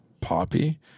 poppy